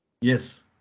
yes